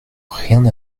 rien